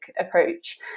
approach